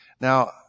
Now